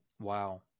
Wow